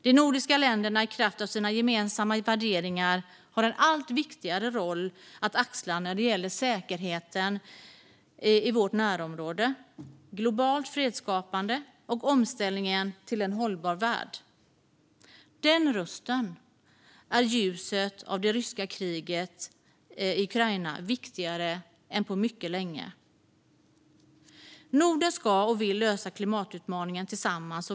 De nordiska länderna har i kraft av sina gemensamma värderingar en allt viktigare roll att axla när det gäller säkerheten i vårt närområde, globalt fredsskapande och omställningen till en hållbar värld. Den rösten är i ljuset av det ryska kriget i Ukraina viktigare än på mycket länge. Norden ska och vill lösa klimatutmaningen tillsammans.